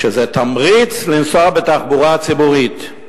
שזה תמריץ לנסוע בתחבורה הציבורית.